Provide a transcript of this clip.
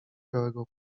białego